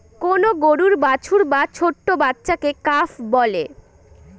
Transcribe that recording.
কোন গরুর বাছুর বা ছোট্ট বাচ্চাকে কাফ বলে